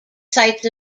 sites